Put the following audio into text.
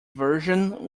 version